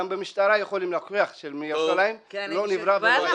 גם במשטרה של ירושלים יכולים להוכיח שלא היה ולא נברא.